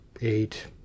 eight